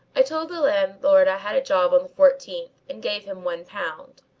i told the landlord i had a job on the fourteenth and gave him one pounds.